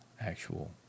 actual